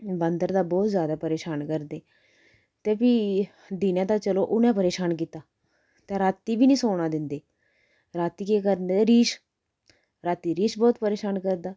बंदर ते बोह्त ज्यादा परेशान करदे ते फ्ही दिने ते चलो उनें परेशान कीता ते रातीं बी नेईं सौना दिंदे रातीं केह् करदे रीछ रातीं रीछ बोह्त परेशान करदा